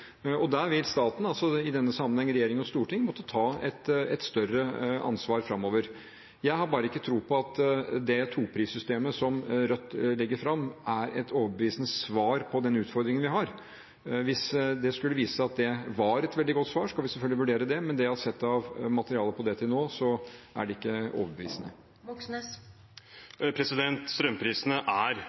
vil staten, i denne sammenheng regjering og storting, måtte ta et større ansvar framover. Jeg har bare ikke tro på at det toprissystemet som Rødt legger fram, er et overbevisende svar på den utfordringen vi har. Hvis det skulle vise seg at det var et veldig godt svar, skal vi selvfølgelig vurdere det, men det jeg har sett av materiale om det til nå, er ikke overbevisende. Det blir oppfølgingsspørsmål – først Bjørnar Moxnes. Strømprisene er